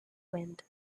wind